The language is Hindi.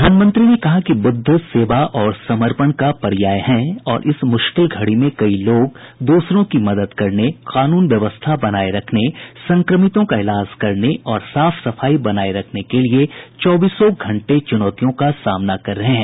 प्रधानमंत्री ने कहा कि बुद्ध सेवा और समर्पण का पर्याय हैं और इस मुश्किल घड़ी में कई लोग द्रसरों की मदद करने कानून व्यवस्था बनाये रखने संक्रमितों का इलाज करने और साफ सफाई बनाये रखने के लिए चौबीसो घंटे चुनौतियों का सामना कर रहे हैं